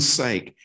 sake